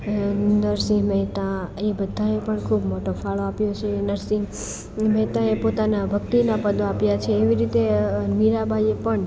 નરસિંહ મહેતા એ બધાએ પણ ખૂબ મોટો ફાળો આપ્યો છે નરસિંહ મહેતાએ પોતાના ભક્તિના પદો આપ્યા છે એવી રીતે મીરાબાઈએ પણ